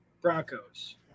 Broncos